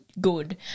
good